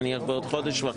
נניח בעוד חודש וחצי.